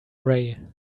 ray